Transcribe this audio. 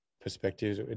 perspectives